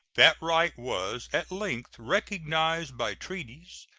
that right was at length recognized by treaties,